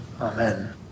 amen